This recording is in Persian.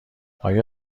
آیا